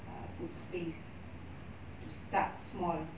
err good space to start small